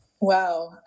Wow